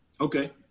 Okay